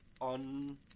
on